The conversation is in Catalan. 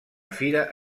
fira